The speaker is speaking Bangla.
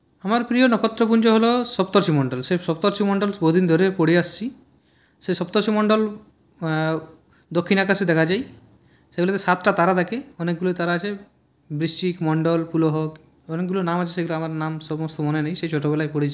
আমার প্রিয় নক্ষত্রপুঞ্জ হল সপ্তর্ষিমন্ডল সে সপ্তর্ষিমন্ডল বহুদিন ধরে পড়ে আসছি সে সপ্তর্ষিমন্ডল দক্ষিণ আকাশে দেখা যায় সেগুলিতে সাতটা তারা থাকে অনেকগুলি তারা আছে বৃশ্চিক মন্ডল পুলহ অনেকগুলো নাম আছে সেইগুলো আমার নাম সমস্ত মনে নেই সেই ছোটবেলায় পড়েছি